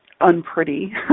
unpretty